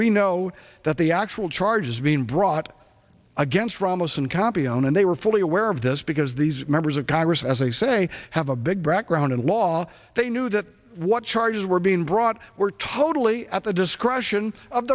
we know that the actual charges being brought against ramos and campeon and they were fully aware of this because these members of congress as they say have a big background in law they knew that what charges were being brought were totally at the